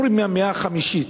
אומרים מהמאה החמישית,